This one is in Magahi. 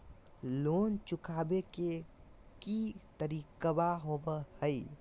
लोन चुकाबे के की तरीका होबो हइ?